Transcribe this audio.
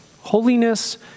Holiness